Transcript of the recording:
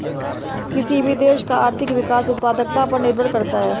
किसी भी देश का आर्थिक विकास उत्पादकता पर निर्भर करता हैं